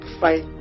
fight